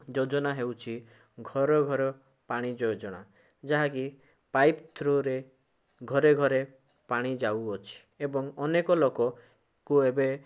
ଯୋଜନା ହେଉଛି ଘରଘର ପାଣି ଯୋଜନା ଯାହାକି ପାଇପ୍ ଥ୍ରୁରେ ଘରେ ଘରେ ପାଣି ଯାଉଅଛି ଏବଂ ଅନେକ ଲୋକଙ୍କୁ ଏବେ